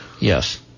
yes